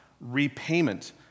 repayment